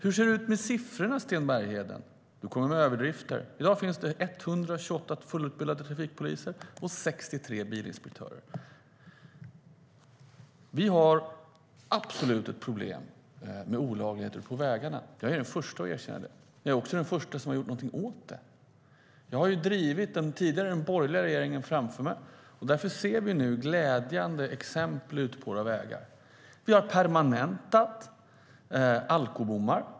Hur ser det ut med siffrorna, Sten Bergheden? Du kommer med överdrifter. I dag finns 128 fullt utbildade trafikpoliser och 63 bilinspektörer. Vi har absolut ett problem med olaglighet på vägarna. Jag är den förste att erkänna det. Men jag är också den förste som gjort någonting åt det. Jag har tidigare drivit den borgerliga regeringen framför mig. Därför ser vi nu glädjande exempel ute på våra vägar. Vi har permanentat alkobommar.